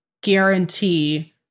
guarantee